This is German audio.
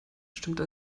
stimmte